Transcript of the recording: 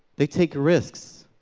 they take risks.